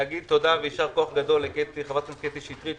להגיד תודה ויישר כוח גדול לחברת הכנסת קטי שטרית,